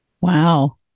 Wow